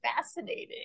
fascinating